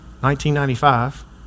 1995